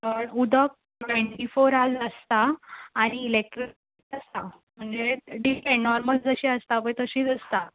हय उदक ट्वँटी फोर आज आसता आनी इलॅक्ट्रिसिटी आसता म्हणजे डिपॅण नॉर्मल जशी आसता पळय तशींच आसता